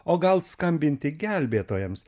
o gal skambinti gelbėtojams